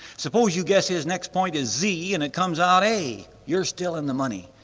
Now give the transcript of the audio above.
suppose you guess his next point is z and it comes out a, you're still in the money.